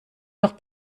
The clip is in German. noch